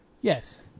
Yes